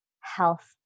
Health